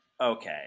Okay